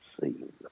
seen